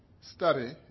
study